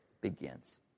begins